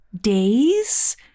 days